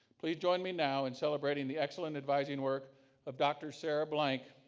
please join me now in celebrating the excellent advising work of dr. sarah blank,